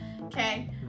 okay